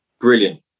Brilliant